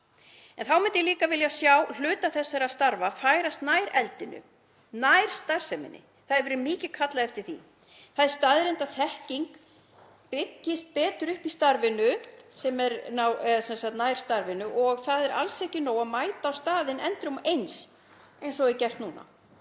Þá myndi ég líka vilja sjá hluta þessara starfa færast nær eldinu, nær starfseminni. Það hefur mikið verið kallað eftir því. Það er staðreynd að þekking byggist betur upp í starfinu sem er nær starfseminni og það er alls ekki nóg að mæta á staðinn endrum og eins, eins og er gert núna,